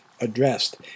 addressed